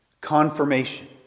Confirmation